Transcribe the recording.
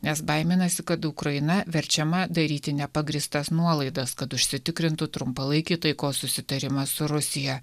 nes baiminasi kad ukraina verčiama daryti nepagrįstas nuolaidas kad užsitikrintų trumpalaikį taikos susitarimą su rusija